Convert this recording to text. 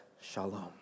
shalom